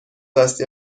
دستی